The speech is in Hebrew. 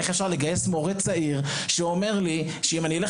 איך אפשר לגייס מורה צעיר שאומר לי שאם הוא ילך